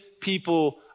people